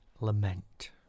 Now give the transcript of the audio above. Lament